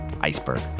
iceberg